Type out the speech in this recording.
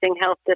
Health